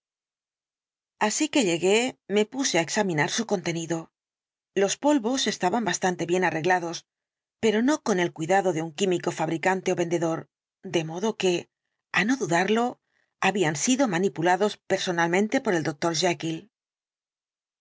así que llegué me puse á examinar su contenido los polvos estaban bastante bien arreglados pero no con el cuidado de un químico fabricante ó vendedor de modo que á no dudarlo habían sido manipulados personalmente por el doctor